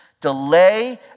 Delay